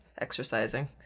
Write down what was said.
exercising